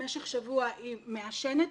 במשך שבוע היא מעשנת.